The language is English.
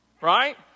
right